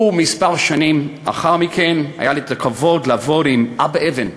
וכמה שנים לאחר מכן היה לי הכבוד לעבוד עם אבא אבן,